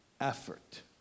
effort